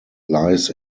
lies